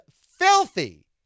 filthy